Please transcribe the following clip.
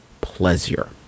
pleasure